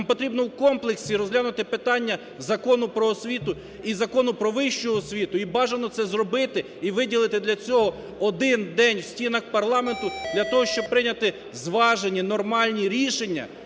нам потрібно у комплексі розглянути питання Закону "Про освіту" і Закону "Про вищу освіту", і бажано це зробити, і виділити для цього один день в стінах парламенту для того, щоб прийняти зважені, нормальні рішення,